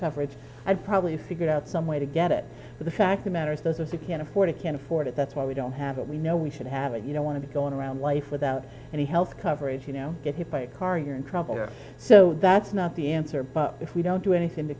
coverage i'd probably figure out some way to get it but the fact the matter is those of the can afford it can't afford it that's why we don't have it we know we should have it you don't want to be going around life without any health coverage you know get hit by a car you're in trouble so that's not the answer but if we don't do anything to